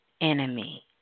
enemy